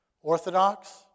Orthodox